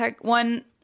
one